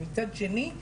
מצד שני,